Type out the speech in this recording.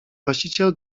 właściciel